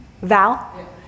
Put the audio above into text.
Val